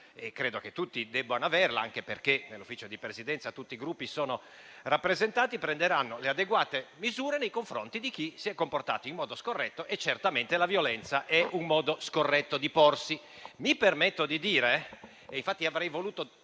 e credo che tutti debbano averla, anche perché nell'Ufficio di Presidenza sono rappresentati tutti i Gruppi e in quella sede si prenderanno le adeguate misure nei confronti di chi si è comportato in modo scorretto e certamente la violenza è un modo scorretto di porsi. Mi permetto di dire - e infatti avrei voluto